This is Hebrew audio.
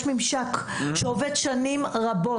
יש ממשק שעובד שנים רבות.